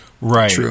Right